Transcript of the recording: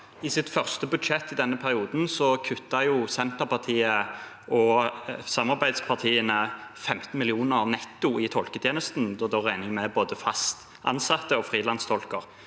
I sitt første budsjett i denne perioden kuttet Senterpartiet og samarbeidspartiene 15 mill. kr netto i tolketjenesten. Da regner jeg med både fast ansatte og frilanstolker.